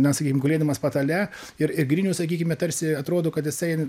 na sakykim gulėdamas patale ir ir grinius sakykime tarsi atrodo kad jisai